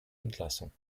entlassung